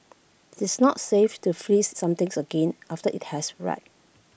it's not safe to freeze something again after IT has red